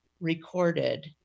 recorded